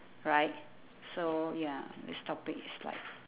right so ya they stop it's like